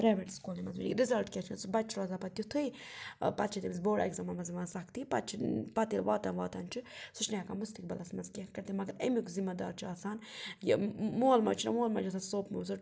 private سکوٗلَن منٛز result کیٛاہ چھُ آسان بَچہِ چھِ روزان پَتہٕ تِتھُے پَتہٕ چھِ تٔمِس بوڑ اٮ۪کزامَن منٛز یِوان سختی پَتہٕ چھُ پَتہٕ ییٚلہِ واتان واتان چھُ سُہ چھُنہٕ ہٮ۪کان مُستقبلَس منٛز کینٛہہ کٔرۍ تھٕے مگر امیُک ذِمہ دار چھُ آسان یہِ مول موج چھُنا مول موج چھُ آسان سوپمُت سُہ